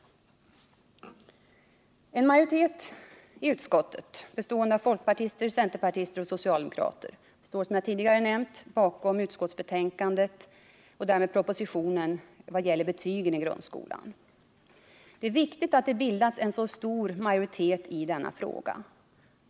En majoritet i utskottet, bestående av folkpartister, centerpartister och socialdemokrater, står som jag tidigare nämnt bakom utskottsbetänkandet och därmed propositionen i vad gäller betygen i grundskolan. Det är viktigt att det har bildats en så stor majoritet i denna fråga.